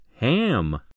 HAM